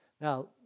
Now